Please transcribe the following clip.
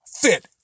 fit